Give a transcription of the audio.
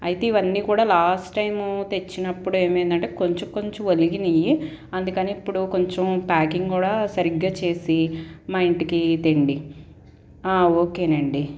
అయితే ఇవన్నీ కూడా లాస్ట్ టైం తెచ్చినప్పుడు ఏమైందంటే కొంచెం కొంచెం వలిగినయి అందుకని ఇప్పుడు కొంచెం ప్యాకింగ్ కూడా సరిగ్గా చేసి మా ఇంటికి తెండీ ఓకేనా అండీ